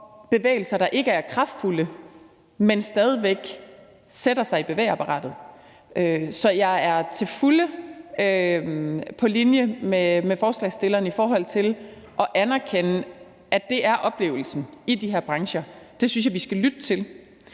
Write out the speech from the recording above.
bevægelser, der ikke er kraftfulde, men som stadig væk sætter sig i bevægeapparatet. Så jeg er til fulde på linje med forslagsstillerne i forhold til at anerkende, at det er oplevelsen i de her brancher, og det synes jeg også vi skal lytte til.